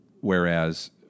Whereas